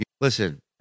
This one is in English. Listen